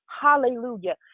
Hallelujah